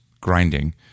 grinding